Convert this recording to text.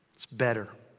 it's better.